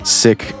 sick